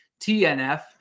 TNF